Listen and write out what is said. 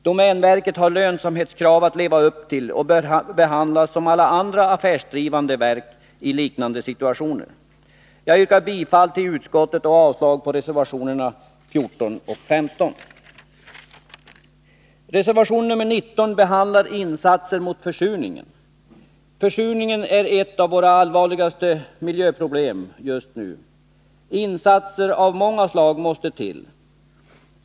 Domänverket har lönsamhetskrav att leva upp till och bör därför behandlas som alla andra affärsdrivande verk i liknande situationer. Jag yrkar bifall till utskottets hemställan och avslag på reservationerna 14 och 15. Reservation 19 behandlar insatser mot försurning, sem är ett av våra allvarligaste miljöproblem. Insatser av många slag måste till.